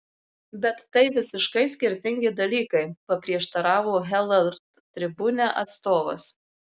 bet tai visiškai skirtingi dalykai paprieštaravo herald tribune atstovas